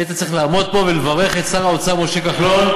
היית צריך לעמוד פה ולברך את שר האוצר משה כחלון,